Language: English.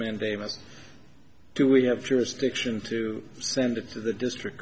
mandamus do we have jurisdiction to send it to the district